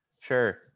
sure